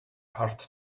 hard